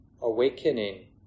awakening